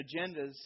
agendas